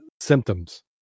symptoms